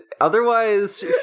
otherwise